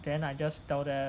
then I just tell them